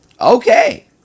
okay